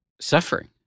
suffering